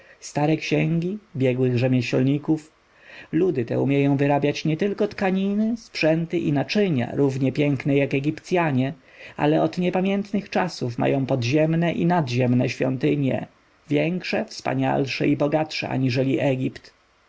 stare księgi biegłych rzemieślników ludy te umieją wyrabiać nietylko tkaniny sprzęty i naczynia równie piękne jak egipcjanie ale od niepamiętnych czasów mają podziemne i nadziemne świątynie większe wspanialsze i bogatsze aniżeli egipt